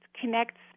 connects